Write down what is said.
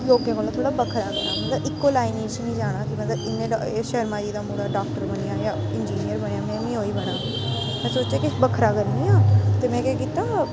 लोकें कोला थोह्ड़ा बक्खरा करना मतलब इक्को लाइन च नेईं जाना मतलब एह् शर्मा जी दा मुड़ा डाक्टर बनी गेआ जां इंजीनियर बनेआ में बी ओह् ही बना में सोचेआ किश बक्खरा करनी आं ते में केह् कीता